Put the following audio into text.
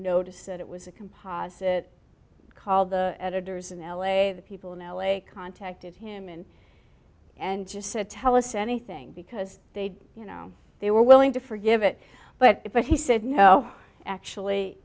noticed that it was a composite called the editors in l a the people in l a contacted him and and just said tell us anything because they you know they were willing to forgive it but he said no actually